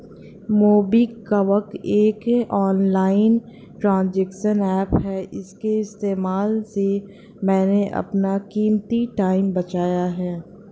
MobiKwik एक online transaction app है इसके इस्तेमाल से मैंने अपना कीमती टाइम बचाया है